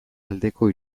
aldeko